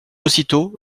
aussitôt